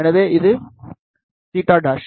எனவே இது θ'